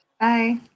Bye